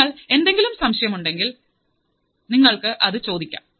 നിങ്ങൾക്ക് എന്തെങ്കിലും സംശയം ഉണ്ടെങ്കിൽ ചോദിക്കാം